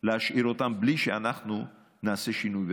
להשאיר אותם בלי שאנחנו נעשה שינוי?